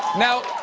now,